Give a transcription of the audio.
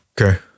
Okay